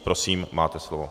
Prosím, máte slovo.